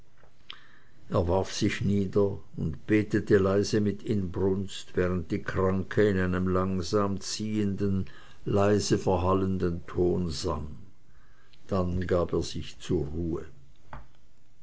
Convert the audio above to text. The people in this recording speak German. er warf sich nieder und betete leise mit inbrunst während die kranke in einem langsam ziehenden leise verhallenden ton sang dann gab er sich zur ruhe